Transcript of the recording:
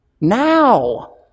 now